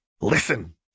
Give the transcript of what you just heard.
Listen